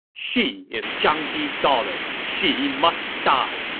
she is zhang ji's daughter. she must die!